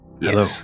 Hello